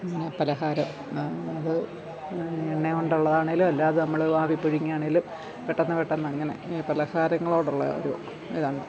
പിന്നെ പലഹാരം അത് എണ്ണയും കൊണ്ടുള്ളതാണെങ്കിലും അല്ലാതെ നമ്മള് ആവി പുഴുങ്ങിയാണെങ്കിലും പെട്ടെന്ന് പെട്ടെന്ന് അങ്ങനെ പലഹാരങ്ങളോടുള്ള ഒരു ഇതാണ്